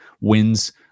wins